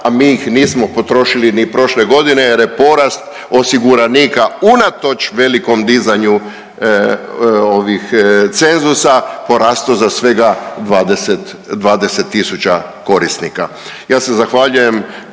a mi ih nismo potrošili ni prošle godine jer je porast osiguranika unatoč velikom dizanju ovih cenzusa porastao za svega 20, 20 tisuća